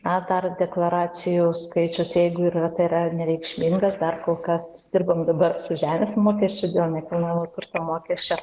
na dar deklaracijų skaičius jeigu ir yra tai yra nereikšmingas dar kol kas dirbam dabar su žemės mokesčiu dųl nekilnojamo turto mokesčio